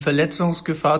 verletzungsgefahr